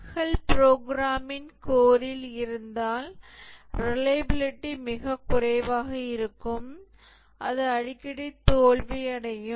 பஃக்கள் ப்ரோக்ராமின் கோரில் இருந்தால் ரிலையபிலிடி மிகக் குறைவாக இருக்கும் அது அடிக்கடி தோல்வியடையும்